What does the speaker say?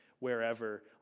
Wherever